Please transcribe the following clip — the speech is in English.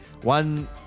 one